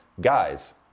guys